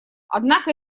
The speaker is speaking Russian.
однако